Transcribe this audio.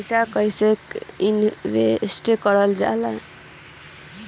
पैसा कईसे इनवेस्ट करल जाई?